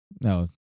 No